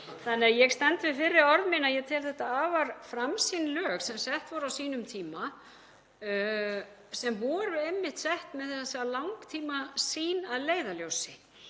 þannig að ég stend við fyrri orð mín, ég tel þetta afar framsýn lög sem sett voru á sínum tíma. Þau voru einmitt sett með langtímasýn að leiðarljósi.